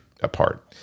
apart